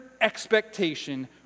expectation